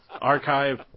archive